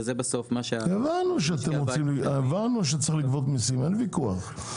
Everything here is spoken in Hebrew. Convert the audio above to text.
שזה בסוף מה- -- הבנו שצריך לגבות מיסים אין ויכוח.